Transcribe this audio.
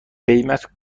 قیمت